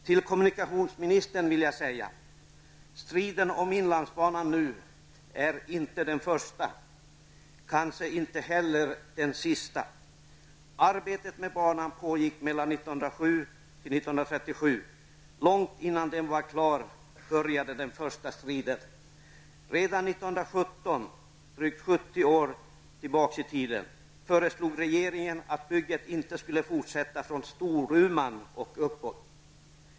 Till kommunikationsministern vill jag säga: Striden om Inlandsbanan nu är inte den första, kanske inte heller den sista. Arbetet med banan pågick mellan åren 1907 och 1937. Långt innan den var klar började den första striden. Redan 1917 -- drygt 70 år tillbaka i tiden -- föreslog regeringen att bygget inte skulle fortsätta från Storuman och uppåt.